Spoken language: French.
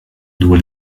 doit